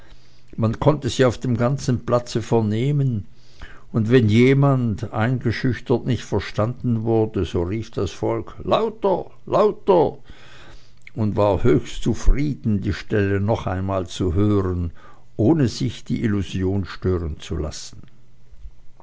man konnte sie auf dem ganzen platze vernehmen und wenn jemand eingeschüchtert nicht verstanden wurde so rief das volk lauter lauter und war höchst zufrieden die stelle noch einmal zu hören ohne sich die illusion stören zu lassen